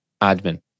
admin